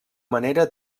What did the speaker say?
manera